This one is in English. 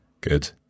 Good